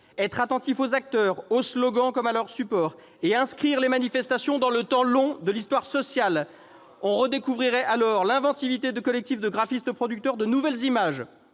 être attentif aux acteurs, aux slogans comme à leurs supports, et inscrire les manifestations dans le temps long de l'histoire sociale. On redécouvrirait alors l'inventivité de collectifs de graphistes producteurs de nouvelles images-